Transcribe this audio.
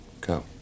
Go